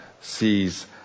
sees